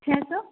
چھ سو